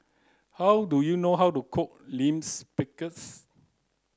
how do you know how to cook Limes Pickles